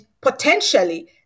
potentially